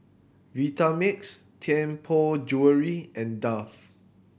Vitamix Tianpo Jewellery and Dove